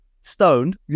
stoned